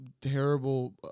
terrible